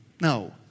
No